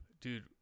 Dude